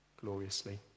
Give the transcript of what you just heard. gloriously